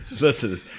Listen